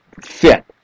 fit